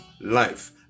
life